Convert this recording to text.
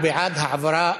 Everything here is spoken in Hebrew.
הוא בעד העברה,